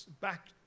back